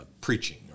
preaching